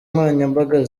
nkoranyambaga